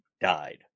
died